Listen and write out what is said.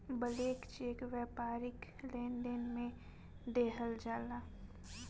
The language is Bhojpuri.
ब्लैंक चेक व्यापारिक लेनदेन में देहल जाला